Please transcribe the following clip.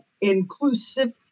inclusive